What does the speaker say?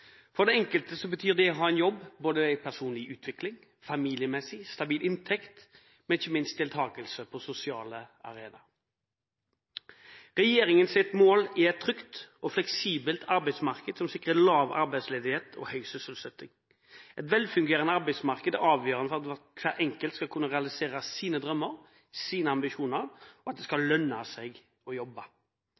For den enkelte betyr det å ha en jobb personlig utvikling, familiemessig betyr det en stabil inntekt, og ikke minst betyr det deltagelse på en sosial arena. Regjeringens mål er et trygt og fleksibelt arbeidsmarked som sikrer lav arbeidsledighet og høy sysselsetting. Et velfungerende arbeidsmarked er avgjørende for at hver enkelt skal kunne realisere sine drømmer og ambisjoner, og det skal lønne seg å jobbe.